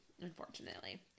Unfortunately